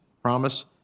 promise